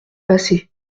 passer